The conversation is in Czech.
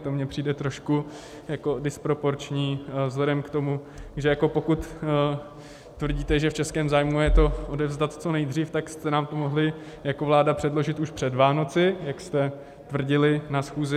To mi přijde trošku disproporční vzhledem k tomu, že pokud tvrdíte, že v českém zájmu je to odevzdat co nejdřív, tak jste nám to mohli jako vláda předložit už před Vánoci, jak jste tvrdili na schůzi.